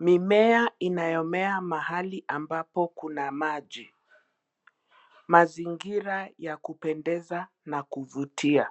Mimea inayomea mahali ambapo kuna maji. Mazingira ya kupendeza na kuvutia.